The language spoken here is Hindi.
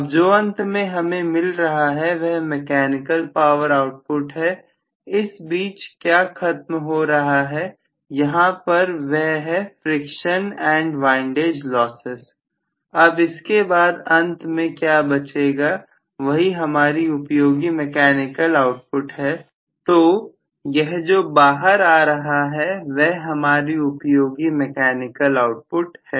अब जो अंत में हमें मिल रहा है वह मैकेनिकल पावर आउटपुट है इस बीच क्या खत्म हो रहा है यहां पर वह है फ्रिक्शन एंड विंडएज लॉसेस अब इसके बाद अंत में क्या बचेगा वही हमारी उपयोगी मैकेनिकल आउटपुट है तो यह जो बाहर आ रहा है वह हमारी उपयोगी मैकेनिकल आउटपुट है